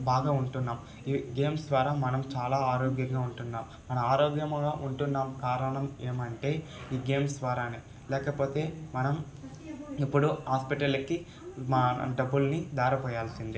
బాగా ఉంటున్నాం ఈ గేమ్స్ ద్వారా మనం చాలా ఆరోగ్యంగా ఉంటున్నాం మన ఆరోగ్యంగా ఉంటున్నాం కారాణం ఏమంటే ఈ గేమ్స్ ద్వారా లేకపోతే మనం ఎప్పుడో హాస్పెళ్ళకి మా డబ్బుల్ని దారపోయాల్సిందే